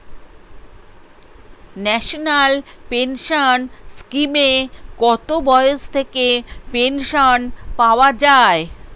National pension স্কিমে কত বয়স থেকে পেনশন পাওয়া যায়?